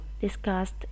discussed